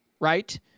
right